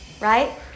right